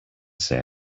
say